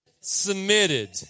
submitted